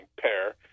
pair